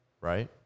right